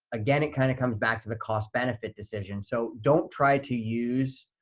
again, it kind of comes back to the cost benefit decision. so don't try to use,